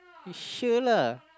you sure lah